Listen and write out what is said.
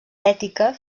ètica